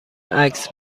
عکس